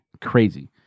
Crazy